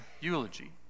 eulogy